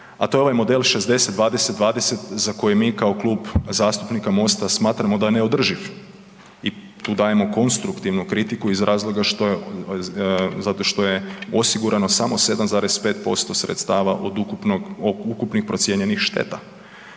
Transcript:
a to je ovaj model 60:20:20 za koji mi kao Klub zastupnika MOST-a smatramo da je neodrživ i tu dajemo konstruktivnu kritiku iz razloga što je, zato što je osigurano samo 7,5% sredstava od ukupnog, od ukupnih procijenjenih šteta.